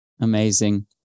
Amazing